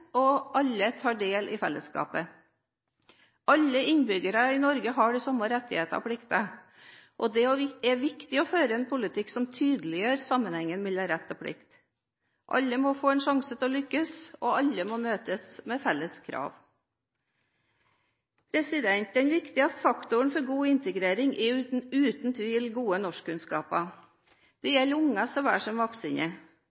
og alle tar del i fellesskapet. Alle innbyggere i Norge har de samme rettigheter og plikter, og det er viktig å føre en politikk som tydeliggjør sammenhengen mellom rett og plikt. Alle må få en sjanse til å lykkes, og alle må møtes med felles krav. Den viktigste faktoren for god integrering er uten tvil gode norskkunnskaper. Det